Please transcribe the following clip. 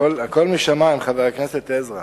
הכול משמים, חבר הכנסת עזרא.